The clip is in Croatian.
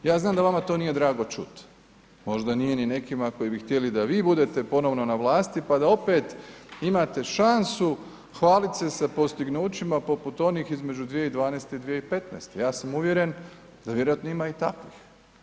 Ja znam da vama to nije drago čuti, možda nije ni nekima koji bi htjeli da vi budete ponovno na vlasti pa da opet imate šansu hvalit se sa postignućima poput onih između 2012. i 2015., ja sam uvjeren da vjerojatno ima i takvih.